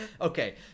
Okay